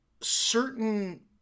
certain